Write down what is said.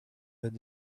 that